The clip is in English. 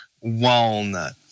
walnut